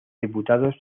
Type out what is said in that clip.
diputados